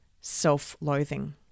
self-loathing